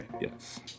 Yes